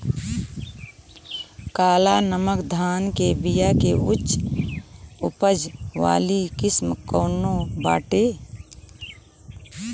काला नमक धान के बिया के उच्च उपज वाली किस्म कौनो बाटे?